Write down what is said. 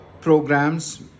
programs